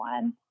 one